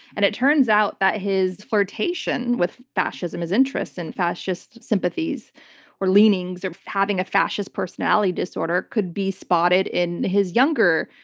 and it turns out that his flirtation with fascism, his interest in fascist sympathies or leanings, or having a fascist personality disorder, could be spotted in his younger,